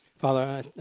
Father